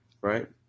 right